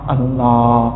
Allah